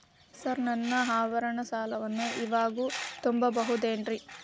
Sir ನನ್ನ ಆಭರಣ ಸಾಲವನ್ನು ಇವಾಗು ತುಂಬ ಬಹುದೇನ್ರಿ?